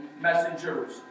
messengers